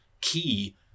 key